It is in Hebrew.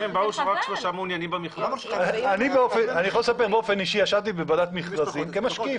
אני יכול לספר שישבתי בוועדת מכרזים כמשקיף.